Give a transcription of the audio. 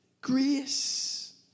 Grace